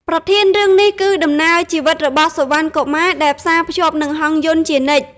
ប្រធានរឿងនេះគឺដំណើរជីវិតរបស់សុវណ្ណកុមារ ដែលផ្សារភ្ជាប់នឹងហង្សយន្តជានិច្ច។